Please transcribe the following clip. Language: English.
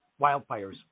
wildfires